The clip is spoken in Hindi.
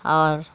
और